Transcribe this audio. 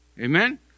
Amen